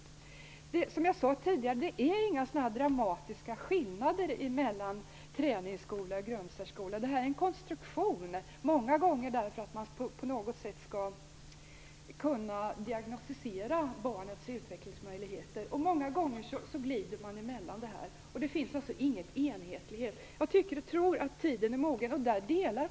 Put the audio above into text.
Som jag sade tidigare finns det inga dramatiska skillnader mellan träningsskola och grundsärskola. Konstruktion är i stället sådan att man skall kunna diagnostisera barnets utvecklingsmöjligheter, men många gånger glider man emellan här. Det finns alltså ingen enhetlighet. Jag tror att tiden nu är mogen.